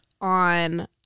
on